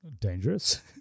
dangerous